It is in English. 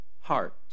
heart